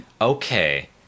okay